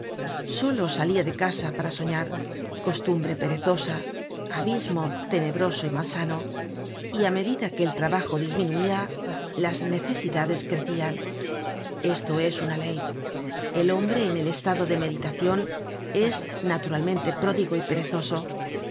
solo salia de casa para soñar costumbre perezosa abismo tenebroso y malsano y á medida que el trabajo disminuia las necesidades crecian esto es una ley el hombre en el estado de meditacion es naturalmente pródigo y perezoso